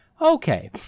Okay